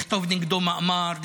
לכתוב נגדו מאמר,